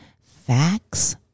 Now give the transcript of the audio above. facts